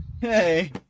Hey